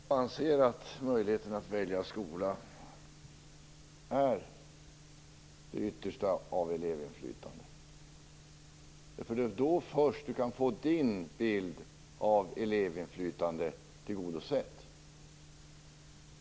Herr talman! Jag anser att möjligheten att välja skola är det yttersta av elevinflytande. Det är först då som man kan få sin egen bild av elevinflytande tillgodosett.